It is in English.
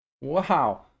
Wow